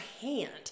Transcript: hand